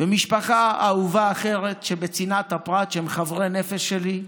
ומשפחה אהובה אחרת, בצנעת הפרט, שהם חברי נפש שלי,